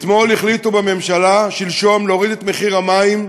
אתמול החליטו בממשלה, שלשום, להוריד את מחיר המים,